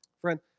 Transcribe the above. Friend